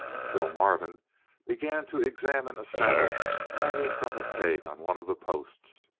phil marvin began to examine a saddle hanging from a peg on one of the posts,